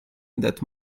that